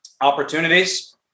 Opportunities